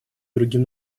другим